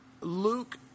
Luke